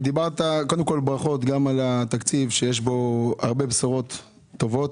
ברכות על תקציב שיש בו הרבה בשורות טובות.